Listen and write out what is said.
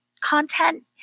content